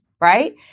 Right